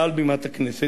מעל בימת הכנסת,